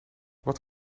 wat